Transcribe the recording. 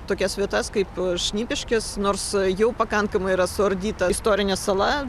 tokias vietas kaip šnipiškės nors jau pakankamai yra suardyta istorinė sala